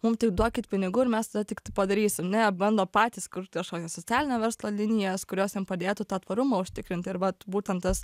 mum tik duokit pinigų ir mes tada tiktai padarysim ne bando patys kurt kažkokias socialinio verslo linijas kurios jiem padėtų tą tvarumą užtikrint ir vat būtent tas